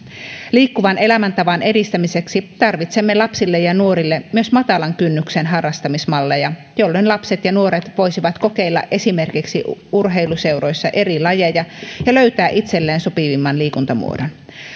liikkuvan elämäntavan edistämiseksi tarvitsemme lapsille ja nuorille myös matalan kynnyksen harrastamismalleja jolloin lapset ja nuoret voisivat kokeilla esimerkiksi urheiluseuroissa eri lajeja ja löytää itselleen sopivimman liikuntamuodon